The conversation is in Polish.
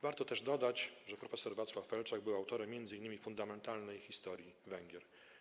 Warto też dodać, że prof. Wacław Felczak był autorem m.in. fundamentalnej „Historii Węgier”